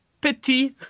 Petit